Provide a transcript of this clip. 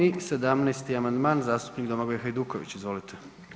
I 17. amandman, zastupnik Domagoj Hajduković, izvolite.